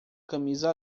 camisa